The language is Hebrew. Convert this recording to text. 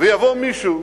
ויבוא מישהו